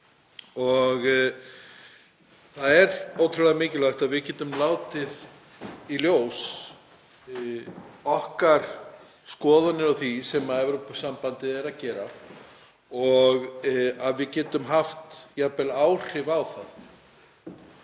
Það er ótrúlega mikilvægt að við getum látið í ljós okkar skoðanir á því sem Evrópusambandið er að gera og að við getum haft jafnvel áhrif á það.